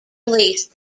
released